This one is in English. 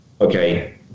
okay